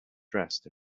dressed